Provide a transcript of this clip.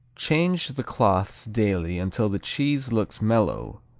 change the cloths daily until the cheese looks mellow,